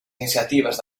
iniciatives